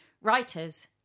writers